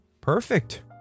Perfect